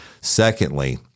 Secondly